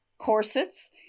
corsets